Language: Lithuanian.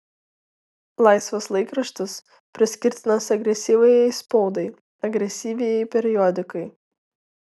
laisvas laikraštis priskirtinas agresyviajai spaudai agresyviajai periodikai